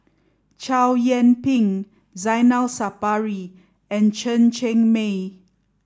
Chow Yian Ping Zainal Sapari and Chen Cheng Mei